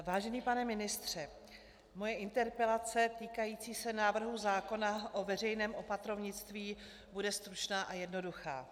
Vážený pane ministře, moje interpelace týkající se návrhu zákona o veřejném opatrovnictví bude stručná a jednoduchá.